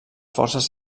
forces